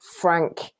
frank